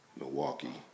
Milwaukee